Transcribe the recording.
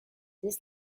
this